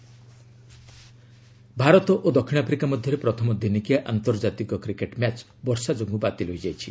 cricket Bharat ଓ ଦକ୍ଷିଣ Africa ମଧ୍ୟରେ ପ୍ରଥମ ଦିନିକିଆ ଆନ୍ତର୍ଜାତିକ କ୍ରିକେଟ୍ ମ୍ୟାଚ୍ ବର୍ଷା ଯୋଗୁଁ ବାତିଲ ହୋଇଯାଇଛି